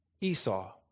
Esau